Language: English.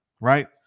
Right